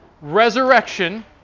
Resurrection